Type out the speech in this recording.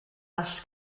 als